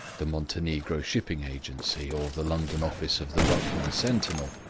the montenegro shipping agency or the london office of the rutland sentinel,